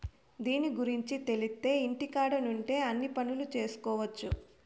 దీని గురుంచి తెలిత్తే ఇంటికాడ నుండే అన్ని పనులు చేసుకొవచ్చు